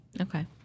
Okay